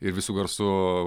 ir visu garsu